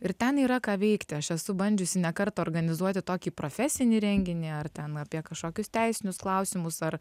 ir ten yra ką veikti aš esu bandžiusi ne kartą organizuoti tokį profesinį renginį ar ten apie kažkokius teisinius klausimus ar